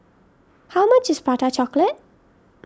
how much is Prata Chocolate